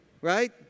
right